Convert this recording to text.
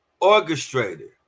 orchestrator